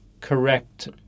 correct